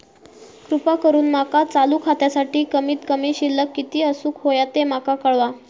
कृपा करून माका चालू खात्यासाठी कमित कमी शिल्लक किती असूक होया ते माका कळवा